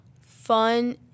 Fun